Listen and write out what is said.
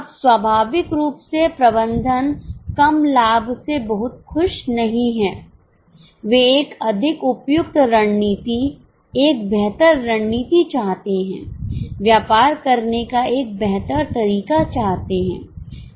अब स्वाभाविक रूप से प्रबंधन कम लाभ से बहुत खुश नहीं हैं वे एक अधिक उपयुक्त रणनीति एक बेहतर रणनीति चाहते हैं व्यापार करने का एक बेहतर तरीका चाहते है